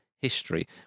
history